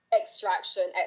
extraction